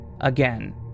again